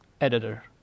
editor